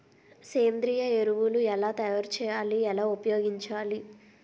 సేంద్రీయ ఎరువులు ఎలా తయారు చేయాలి? ఎలా ఉపయోగించాలీ?